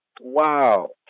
wow